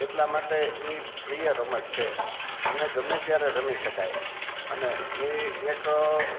એટલા માટે એ પ્રિય રમત છે અને ગમે ત્યારે રમી શકાય અને એ એક